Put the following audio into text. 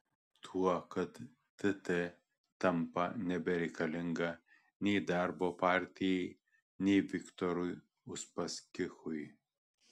tuo kad tt tampa nebereikalinga nei darbo partijai nei viktorui uspaskichui